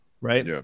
right